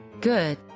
good